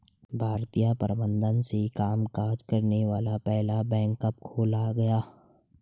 भारतीय प्रबंधन से कामकाज करने वाला पहला बैंक कब खोला गया?